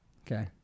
Okay